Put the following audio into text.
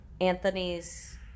Anthony's